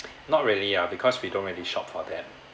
not really ah because we don't really shop for them